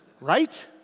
Right